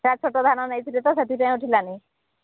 sir ଛୋଟ ଧାନ ନେଇଥିଲେ ତ ସେଥିପାଇଁ ଉଠିଲାନି